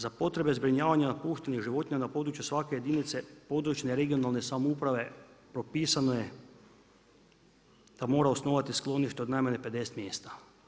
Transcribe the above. Za potrebe zbrinjavanja napuštenih životinja na području svake jedinice područne, regionalne samouprave propisano je da mora osnovati sklonište od najmanje 50 mjesta.